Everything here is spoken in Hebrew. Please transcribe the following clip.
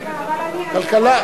כלכלה.